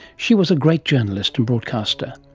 she was a great journalist and broadcaster.